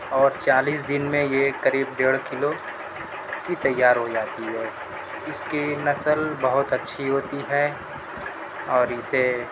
اور چالیس دن میں یہ قریب ڈیڑھ کلو کی تیار ہو جاتی ہے اس کی نسل بہت اچھی ہوتی ہے اور اسے